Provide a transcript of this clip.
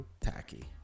Tacky